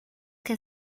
que